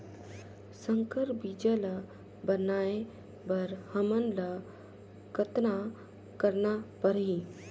संकर बीजा ल बनाय बर हमन ल कतना करना परही?